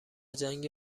جنگ